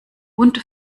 und